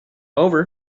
over